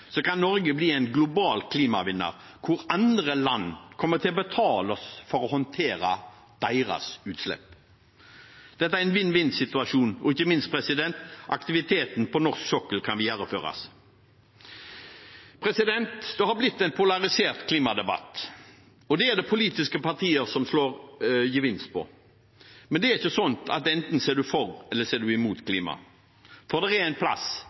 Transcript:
kan Norge bli en global klimavinner der andre land kommer til å betale oss for å håndtere deres utslipp. Dette er en vinn-vinn-situasjon, og ikke minst kan aktiviteten på norsk sokkel videreføres. Det har blitt en polarisert klimadebatt. Det er det politiske partier som høster gevinst av. Men det er ikke sånn at enten er man for eller så er man imot klimatiltak. For det er